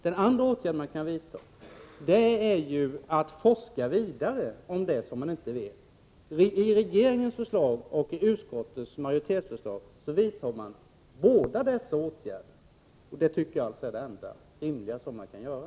Den andra åtgärden man kan vidta är att forska vidare om det som man inte vet. I regeringens förslag och i utskottets majoritetsförslag förespråkar man båda dessa åtgärder. Det tycker jag alltså är det enda rimliga man kan göra.